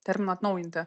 terminą atnaujinti